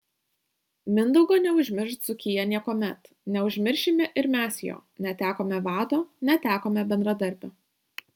mindaugo neužmirš dzūkija niekuomet neužmiršime ir mes jo netekome vado netekome bendradarbio